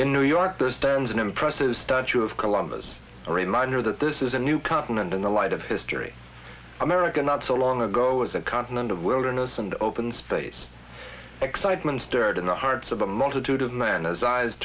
in new york stands an impressive statue of columbus a reminder that this is a new continent in the light of history america not so long ago as a continent of wilderness and open space excitement stirred in the hearts of a multitude of manners eyes